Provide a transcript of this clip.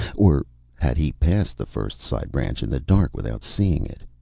or had he passed the first side-branch in the dark without seeing it?